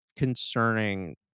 concerning